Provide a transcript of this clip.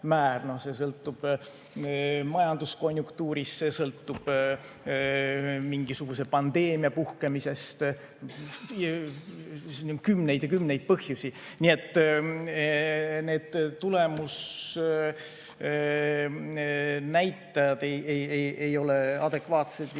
mis sõltub majanduskonjunktuurist või mingisuguse pandeemia puhkemisest. Kümneid ja kümneid põhjusi. Nii et need tulemusnäitajad ei ole adekvaatsed.